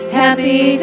happy